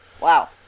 Wow